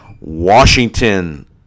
Washington